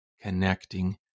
connecting